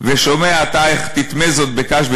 // ושומע אתה (איך תדחה זאת בקש?),